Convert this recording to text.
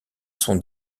son